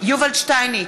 יובל שטייניץ,